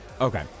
Okay